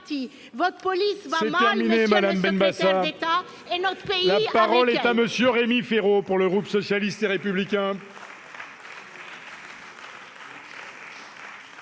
Votre police va mal, monsieur le secrétaire d'État, et notre pays avec elle